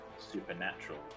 Supernatural